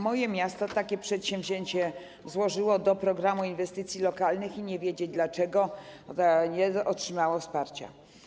Moje miasto takie przedsięwzięcie złożyło do programu inwestycji lokalnych i nie wiedzieć dlaczego nie otrzymało wsparcia.